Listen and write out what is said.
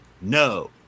no